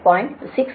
0195Ω மற்றும் 0